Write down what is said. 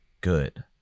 good